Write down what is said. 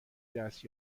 دست